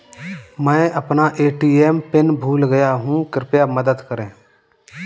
मैं अपना ATM PIN भूल गया हूँ, कृपया मदद करें